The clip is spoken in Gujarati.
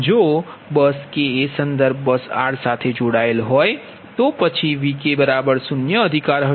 જો બસ K એ સંદર્ભ બસ r સાથે જોડાયેલ હોય તો પછી Vk0 અધિકાર હશે